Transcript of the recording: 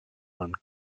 and